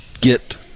get